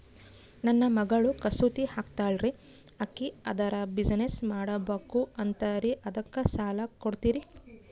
ನನ್ನ ಮಗಳು ಕಸೂತಿ ಹಾಕ್ತಾಲ್ರಿ, ಅಕಿ ಅದರ ಬಿಸಿನೆಸ್ ಮಾಡಬಕು ಅಂತರಿ ಅದಕ್ಕ ಸಾಲ ಕೊಡ್ತೀರ್ರಿ?